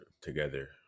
together